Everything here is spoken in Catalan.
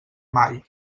mai